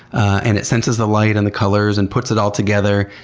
and it senses the light and the colors and puts it all together.